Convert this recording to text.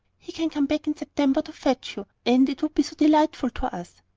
he can come back in september to fetch you, and it would be so delightful to us.